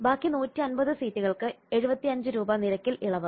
ബാക്കി 150 സീറ്റുകൾക്ക് 75 രൂപ നിരക്കിൽ ഇളവ്